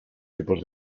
tipos